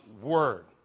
word